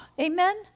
Amen